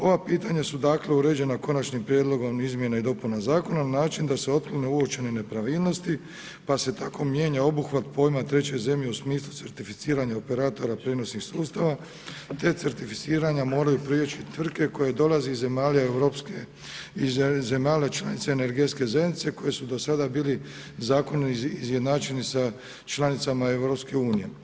Ova pitanja su dakle uređena Konačnim prijedlogom izmjena i dopuna Zakona na način da se otklone uočene nepravilnosti, pa se tako mijenja obuhvat pojma treće zemlje u smislu certificiranja operatora prijenosnih sustava, te certificiranja moraju prijeći tvrtke koje dolaze iz zemalja članica energetske zajednice koje su do sada bili zakonom izjednačeni sa članicama EU.